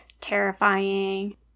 terrifying